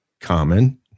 common